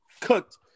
cooked